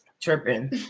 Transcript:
Tripping